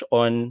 on